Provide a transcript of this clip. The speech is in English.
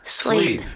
sleep